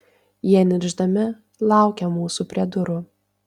jie niršdami laukė mūsų prie durų